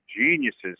geniuses